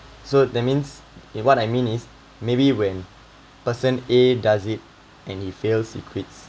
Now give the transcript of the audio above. so that means in what I mean is maybe when person A does it and he fail he quits